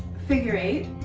figure eight.